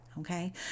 Okay